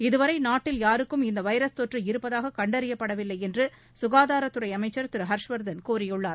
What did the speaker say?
இதுவரை நாட்டில் யாருக்கும் இந்த வைரஸ் தொற்று இருப்பதாக கண்டறியப்படவில்லை என்று சுகாதாரத்துறை அமைச்சர் திரு ஹர்வர்தன் கூறியுள்ளார்